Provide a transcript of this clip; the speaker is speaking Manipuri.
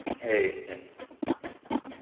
ꯑꯦ ꯑꯦ ꯎꯝ